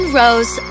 rose